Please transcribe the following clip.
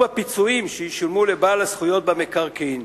הפיצויים שישולמו לבעל הזכויות במקרקעין.